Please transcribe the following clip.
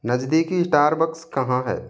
नजदीकी स्टारबक्स कहाँ है